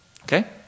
Okay